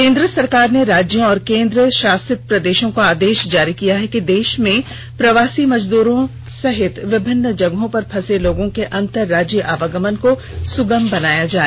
केन्द्र सरकार ने राज्यों और केंद्र शासित प्रदेशों को आदेश जारी किया है कि देश में प्रवासी मजद्रों सहित विभिन्न जगहों पर फंसे लोगों के अंतर राज्यीय आवागमन को सुगम बनाया जाए